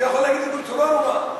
אתה יכול להגיד ארגון טרור, או מה?